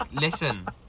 listen